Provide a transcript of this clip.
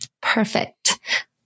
Perfect